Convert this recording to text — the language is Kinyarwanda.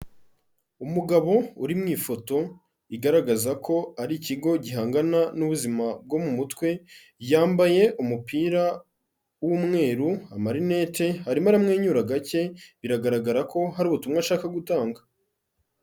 Umugabo uri mu ifoto igaragaza ko ari ikigo gihangana n'ubuzima bwo mu mutwe, yambaye umupira w'umweru, amarinete, arimo aramwenyura gake biragaragara ko hari ubutumwa ashaka gutanga.